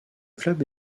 club